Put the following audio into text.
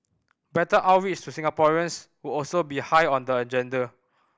better outreach to Singaporeans would also be high on the agenda